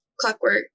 clockwork